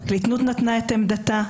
הפרקליטות נתנה את עמדתה,